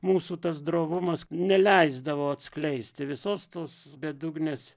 mūsų tas drovumas neleisdavo atskleisti visos tos bedugnės